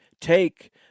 take